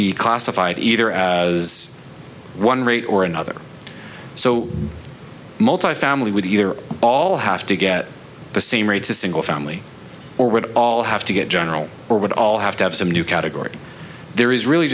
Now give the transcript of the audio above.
be classified either as one rate or another so multifamily would either all have to get the same rates a single family or would all have to get general or would all have to have some new category there is really